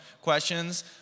questions